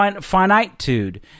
finitude